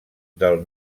del